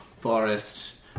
forest